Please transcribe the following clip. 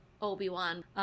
Obi-Wan